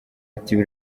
ati